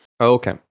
Okay